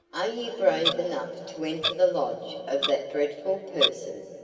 are you brave enough to enter the lodge of that dreadful person?